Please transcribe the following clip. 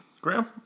Graham